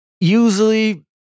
Usually